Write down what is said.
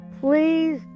Please